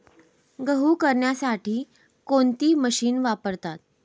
गहू करण्यासाठी कोणती मशीन वापरतात?